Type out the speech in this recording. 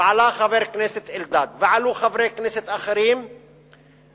ועלה חבר הכנסת אלדד ועלו חברי כנסת אחרים ודיברו